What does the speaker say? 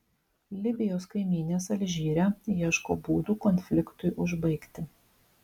libijos kaimynės alžyre ieško būdų konfliktui užbaigti